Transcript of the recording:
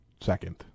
second